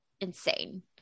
Insane